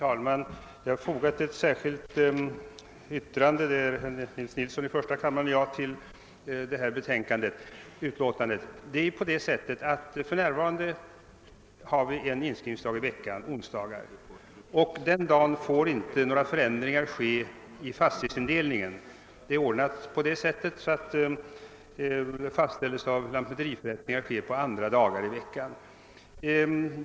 Herr talman! Till detta utlåtande har jag och herr Nils Nilsson i första kammaren fogat ett särskilt yttrande. För närvarande finns det en inskrivningsdag i veckan, onsdagen, och under den dagen får inga förändringar ske i fastighetsindelningen. Det har ordnats på så sätt att fastställelse av lantmäteriförrättningar sker på andra veckodagar.